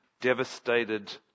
devastated